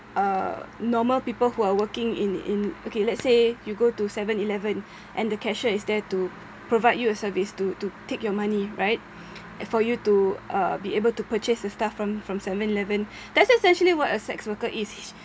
uh normal people who are working in in okay let's say you go to seven eleven and the cashier is there to provide you a service to to take your money right for you to uh be able to purchase the stuff from from seven eleven that's just actually what a sex worker is he